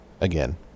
again